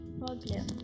problem